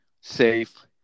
safe